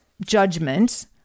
judgment